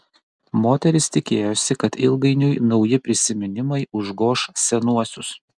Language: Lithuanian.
moteris tikėjosi kad ilgainiui nauji prisiminimai užgoš senuosius